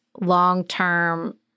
long-term